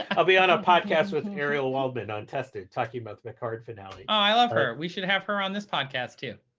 ah i'll be on a podcast with ariel waldman on tested, talking about the picard finale. oh, i love her. we should have her on this podcast yeah